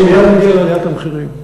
אני מייד אגיע לעליית המחירים.